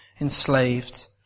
enslaved